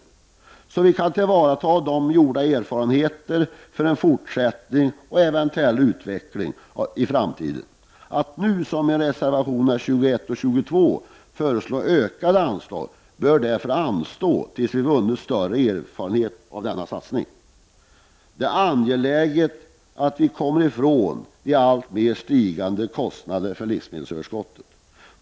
Det gäller ju att kunna tillvarata gjorda erfarenheter för att möjliggöra en fortsättning och en eventuell utveckling i framtiden. I reservationerna 21 och 22 föreslås ökade anslag. Men det bör vi vänta med tills vi har vunnit större erfarenhet beträffande denna satsning. Det är angeläget att vi kommer ifrån de hela tiden stigande kostnaderna för livsmedelsöverskottet.